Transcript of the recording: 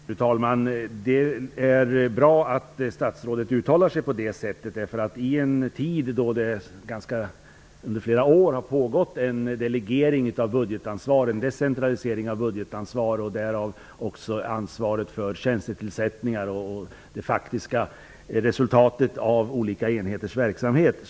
Fru talman! Det är bra att statsrådet uttalar sig på det sättet. Under flera år har det skett en decentralisering av budgetansvaren och därmed också av ansvaret för tjänstetillsättningar och det faktiska resultatet av olika enheters verksamheter.